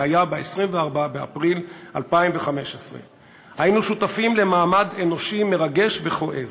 זה היה ב-24 באפריל 2015. היינו שותפים למעמד אנושי מרגש וכואב.